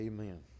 Amen